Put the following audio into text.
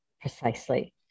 Precisely